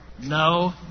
No